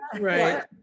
right